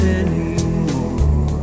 anymore